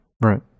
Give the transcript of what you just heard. Right